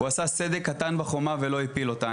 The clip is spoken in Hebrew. -- אבל הוא עשה סדק קטן בחומה ולא הפיל אותה.